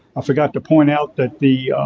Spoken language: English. i forgot to point out that the